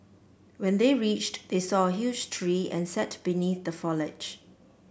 when they reached they saw a huge tree and sat beneath the foliage